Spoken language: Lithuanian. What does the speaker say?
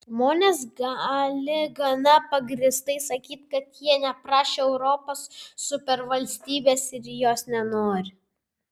žmonės gali gana pagrįstai sakyti kad jie neprašė europos supervalstybės ir jos nenori